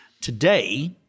Today